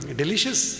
delicious